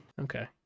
Okay